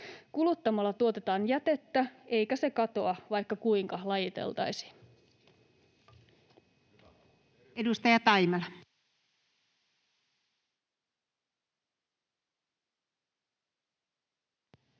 Kuluttamalla tuotetaan jätettä, eikä se katoa, vaikka kuinka lajiteltaisiin. [Speech